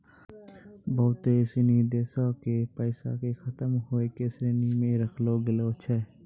बहुते सिनी देशो के पैसा के खतम होय के श्रेणी मे राखलो गेलो छै